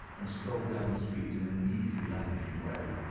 and strolled down the street in an easy, lounging way.